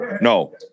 No